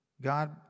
God